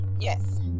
Yes